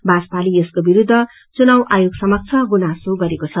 भाजपाले यसको विरूद्व चुनाव आयागसमक्ष गुनासो गरेको छ